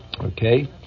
Okay